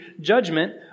judgment